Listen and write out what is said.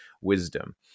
wisdom